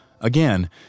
Again